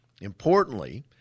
Importantly